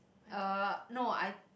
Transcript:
uh no I